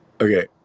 Okay